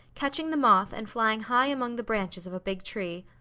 catching the moth and flying high among the branches of a big tree.